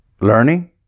learning